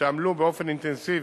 שעמלו באופן אינטנסיבי,